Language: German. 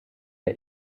der